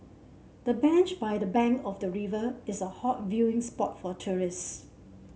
the bench by the bank of the river is a hot viewing spot for tourists